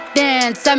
dance